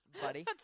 buddy